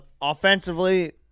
Offensively